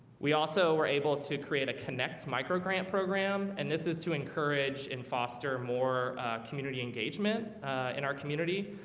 we also were able to create a connects micro grant program and this is to encourage in foster more community engagement in our community.